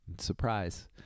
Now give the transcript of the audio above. Surprise